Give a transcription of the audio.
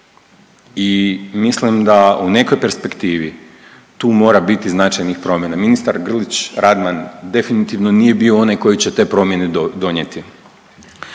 i mislim da u nekoj perspektivi tu mora biti značajnih promjena. Ministar Grlić Radman definitivno nije bio onaj koji će te promjene donijeti.